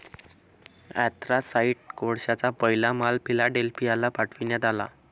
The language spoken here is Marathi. अँथ्रासाइट कोळशाचा पहिला माल फिलाडेल्फियाला पाठविण्यात आला